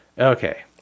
okay